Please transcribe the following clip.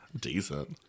decent